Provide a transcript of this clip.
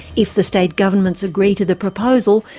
if the state governments agree to the proposal,